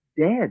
dead